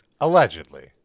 allegedly